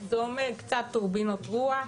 זה אומר קצת טורבינות רוח,